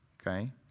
Okay